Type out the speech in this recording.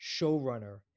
showrunner